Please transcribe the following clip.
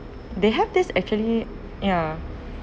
they have this actually ya